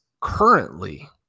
currently